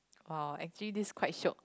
!wow! actually this quite shiok